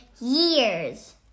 years